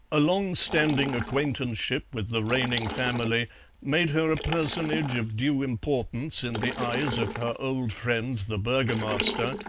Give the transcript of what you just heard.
a long-standing acquaintanceship with the reigning family made her a personage of due importance in the eyes of her old friend the burgomaster,